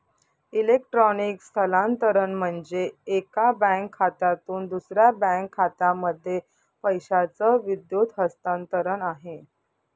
electronic स्थलांतरण म्हणजे, एका बँक खात्यामधून दुसऱ्या बँक खात्यामध्ये पैशाचं विद्युत हस्तांतरण आहे